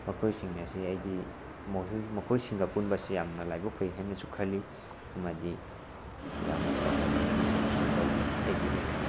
ꯃꯈꯣꯏꯁꯤꯡ ꯑꯁꯦ ꯑꯩꯗꯤ ꯃꯈꯣꯏꯁꯤꯡꯒ ꯄꯨꯟꯕꯁꯦ ꯌꯥꯝꯅ ꯂꯥꯏꯕꯛ ꯐꯩ ꯍꯥꯏꯅꯁꯨ ꯈꯜꯂꯤ ꯑꯃꯗꯤ ꯌꯥꯝꯅ ꯐꯕ ꯃꯔꯨꯞꯅꯤ ꯍꯥꯏꯅꯁꯨ ꯂꯧꯏ ꯑꯩꯒꯤ ꯑꯣꯏꯅ